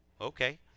okay